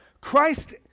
Christ